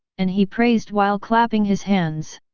and he praised while clapping his hands.